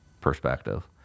perspective